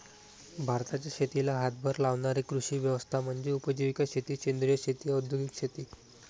भारताच्या शेतीला हातभार लावणारी कृषी व्यवस्था म्हणजे उपजीविका शेती सेंद्रिय शेती औद्योगिक शेती